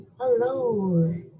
Hello